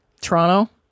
Toronto